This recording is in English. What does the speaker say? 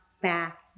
back